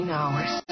hours